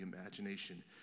imagination